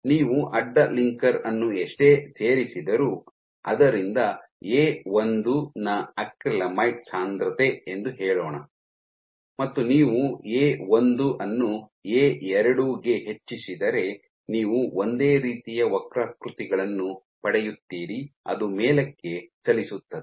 ನೀವು ಅಡ್ಡ ಲಿಂಕರ್ ಅನ್ನು ಎಷ್ಟೇ ಸೇರಿಸಿದರೂ ಆದ್ದರಿಂದ ಎ ಒಂದು ಎ 1 ನ ಅಕ್ರಿಲಾಮೈಡ್ ಸಾಂದ್ರತೆ ಎಂದು ಹೇಳೋಣ ಮತ್ತು ನೀವು ಎ ಒಂದು ಎ 1 ಅನ್ನು ಎ ಎರಡು ಎ 2 ಗೆ ಹೆಚ್ಚಿಸಿದರೆ ನೀವು ಒಂದೇ ರೀತಿಯ ವಕ್ರಾಕೃತಿಗಳನ್ನು ಪಡೆಯುತ್ತೀರಿ ಅದು ಮೇಲಕ್ಕೆ ಚಲಿಸುತ್ತದೆ